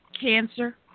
cancer